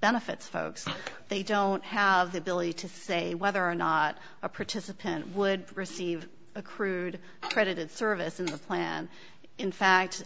benefits folks they don't have the ability to say whether or not a participant would receive a crude credited service in the plan in fact